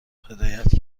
هدایت